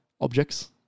objects